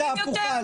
זה תזה הפוכה.